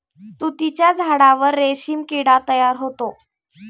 तुतीच्या झाडावर रेशीम किडा तयार होतो